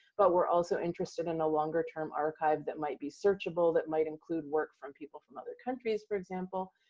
but we're also interested in a longer term archive that might be searchable, that might include work from people from other countries, for example.